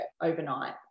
overnight